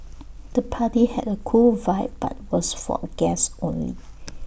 the party had A cool vibe but was for guests only